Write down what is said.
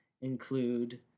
include